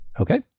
Okay